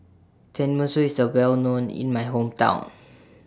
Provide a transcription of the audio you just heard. Tenmusu IS A Well known in My Hometown